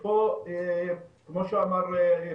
כמו שאמר פרופ'